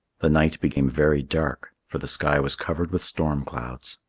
the night became very dark, for the sky was covered with storm clouds.